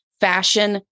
Fashion